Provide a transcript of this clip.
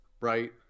right